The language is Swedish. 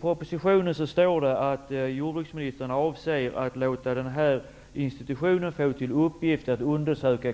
propositionen står det att jordbruksministern avser att låta den här institutionen få till uppgift att undersöka